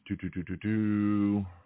Do-do-do-do-do